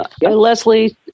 Leslie